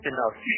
Enough